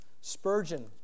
Spurgeon